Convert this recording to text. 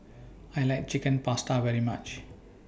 I like Chicken Pasta very much